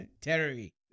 Terry